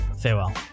farewell